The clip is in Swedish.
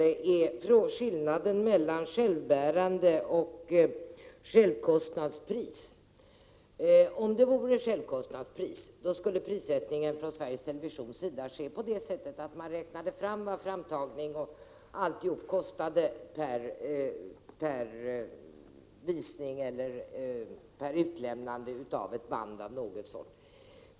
Det gällde skillnaden mellan självbärande verksamhet och självkostnadspris. Om det vore självkostnadspris skulle prissättningen från Sveriges Televisions sida ske genom att man räknade ut vad framtagning osv. kostar för varje visning eller för utlämnande av band av någon sort.